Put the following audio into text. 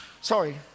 Sorry